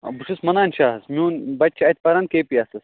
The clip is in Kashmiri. بہٕ چھُس مَنان شاہ حظ میون بَچہِ چھِ اَتہِ پَران کے پی ایٚسَس